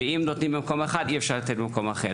ואם נותנים במקום אחד אי אפשר לתת במקום אחר.